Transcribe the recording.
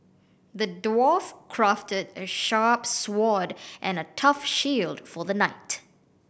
the dwarf crafted a sharp sword and a tough shield for the knight